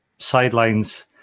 sidelines